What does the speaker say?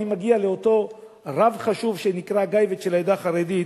אני מגיע לאותו רב חשוב שנקרא הגאב"ד של העדה החרדית,